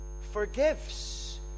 forgives